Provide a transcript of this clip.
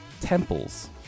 Temples